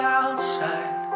outside